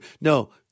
No